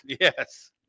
Yes